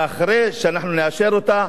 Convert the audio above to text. ואחרי שאנחנו נאשר אותה,